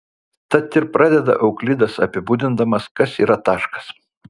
tad ir pradeda euklidas apibūdindamas kas yra taškas